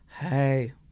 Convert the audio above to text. Hey